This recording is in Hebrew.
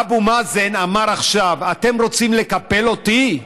אבו מאזן אמר עכשיו: אתם רוצים לקפל אותי?